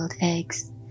eggs